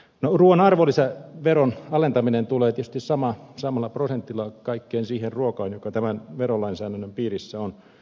no ruuan arvonlisäveron alentaminen tulee tietysti samalla prosentilla kaikkeen siihen ruokaan joka tämän verolainsäädännön piirissä on